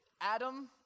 Adam